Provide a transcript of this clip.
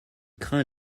craint